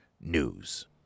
news